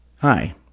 Hi